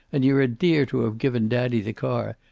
and you're a dear to have given daddy the car.